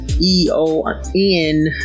e-o-n